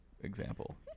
example